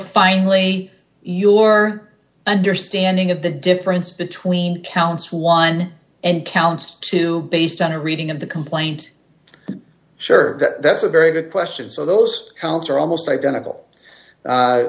finely your understanding of the difference between counts one and counts two based on a reading of the complaint sure that's a very good question so those counts are almost identical